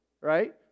right